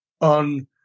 on